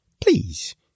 Please